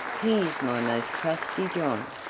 he is my most trusty john.